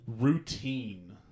routine